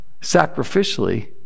sacrificially